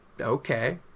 Okay